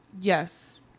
Yes